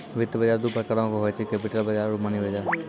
वित्त बजार दु प्रकारो के होय छै, कैपिटल बजार आरु मनी बजार